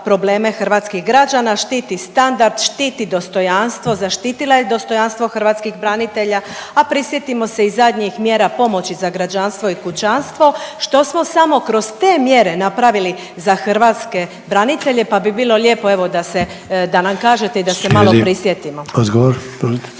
hrvatskih građana, štiti standard, štiti dostojanstvo, zaštitila je dostojanstvo hrvatskih branitelja, a prisjetimo se i zadnjih mjera pomoći za građanstvo i kućanstvo, što smo samo kroz te mjere napravili za hrvatske branitelje pa bi bilo lijepo da se, da nam kažete i da se malo prisjetimo. **Sanader, Ante